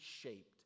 shaped